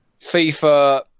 FIFA